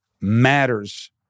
matters